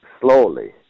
slowly